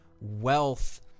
wealth